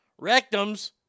Rectums